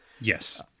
Yes